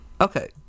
Okay